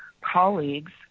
colleagues